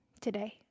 today